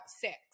sex